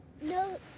no